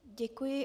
Děkuji.